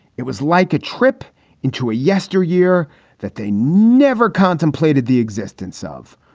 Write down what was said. it was like a trip into a yester year that they never contemplated the existence of.